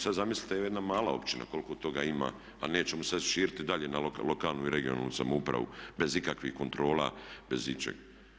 Sad zamislite jedna mala općina koliko toga ima, a nećemo sad širiti dalje na lokalnu i regionalnu samoupravu bez ikakvih kontrola, bez ičeg.